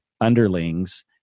underlings